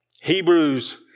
Hebrews